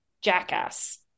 Jackass